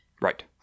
Right